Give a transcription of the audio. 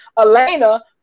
Elena